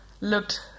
looked